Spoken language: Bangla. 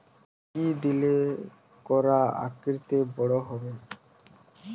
কি দিলে কলা আকৃতিতে বড় হবে?